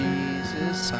Jesus